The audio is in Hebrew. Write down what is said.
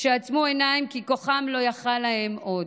שעצמו עיניים כי כוחם לא יכול להם עוד.